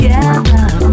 Together